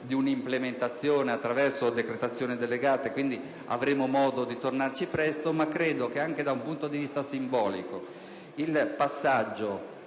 Grazie,